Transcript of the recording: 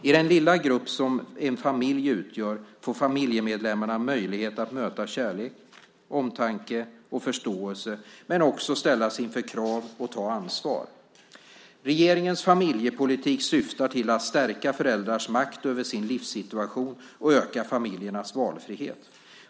I den lilla grupp som en familj utgör får familjemedlemmarna möjlighet att möta kärlek, omtanke och förståelse men också ställas inför krav och ta ansvar. Regeringens familjepolitik syftar till att stärka föräldrars makt över sin livssituation och öka familjernas valfrihet.